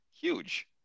huge